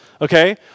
okay